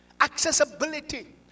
Accessibility